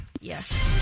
Yes